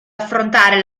affrontare